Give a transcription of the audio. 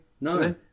No